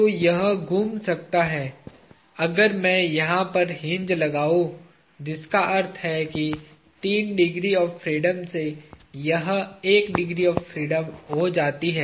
तो यह घूम सकता है अगर मैं यहाँ पर हिन्ज लगाऊँ जिसका अर्थ है कि तीन डिग्री ऑफ़ फ्रीडम से यह एक डिग्री ऑफ़ फ्रीडम हो जाती है